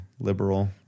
liberal